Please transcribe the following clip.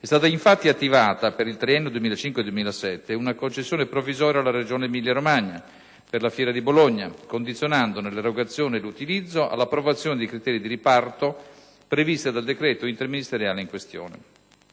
È stata, infatti, attivata per il triennio 2005-2007 una concessione provvisoria alla Regione Emilia-Romagna per la fiera di Bologna, condizionandone l'erogazione e l'utilizzo all'approvazione dei criteri di riparto, previsti dal decreto interministeriale in questione.